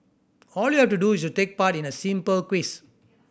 all you have to do is take part in a simple quiz